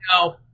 no